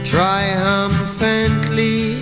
Triumphantly